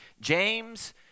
James